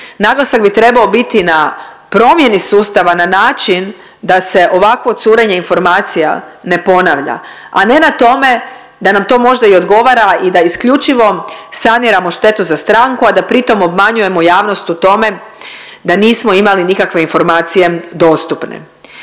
naglasak bi trebao biti na promjeni sustava na način da se ovakvo curenje informacija ne ponavlja, a ne na tome da nam to možda i odgovara i da isključivo saniramo štetu za stranku, a da pritom obmanjujemo javnost o tome da nismo imali nikakve informacije dostupne.